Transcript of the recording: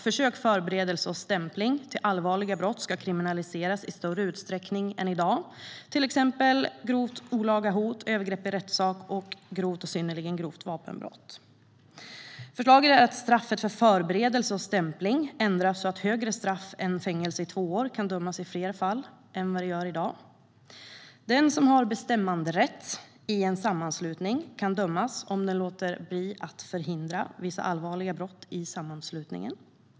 Försök, förberedelse och stämpling till allvarliga brott ska kriminaliseras i större utsträckning än i dag. Det gäller till exempel grovt olaga hot, övergrepp i rättssak samt grovt och synnerligen grovt vapenbrott. Förslaget är att straffet för förberedelse och stämpling ändras så att högre straff än fängelse i två år kan utdömas i fler fall än i dag. Den som har bestämmanderätt i en sammanslutning kan dömas om den låter bli att förhindra vissa allvarliga brott i sammanslutningen.